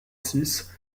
six